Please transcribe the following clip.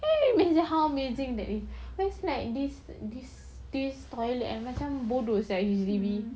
can you imagine how amazing that is that's like this this this toilet ah macam bodoh sia H_D_B